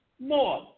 more